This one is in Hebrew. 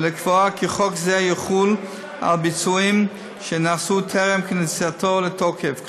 ולקבוע כי חוק זה יחול על ביצועים שנעשו טרם כניסתו לתוקף כלומר,